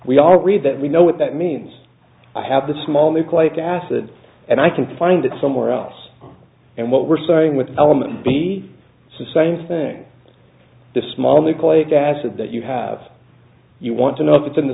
we all read that we know what that means i have the small nucleic acid and i can find it somewhere else and what we're saying with an element be so same thing the small nucleic acid that you have you want to know if it's in the